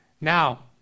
Now